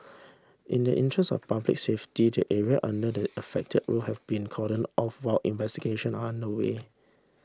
in the interest of public safety the area under the affected roof has been cordoned off while investigation are underway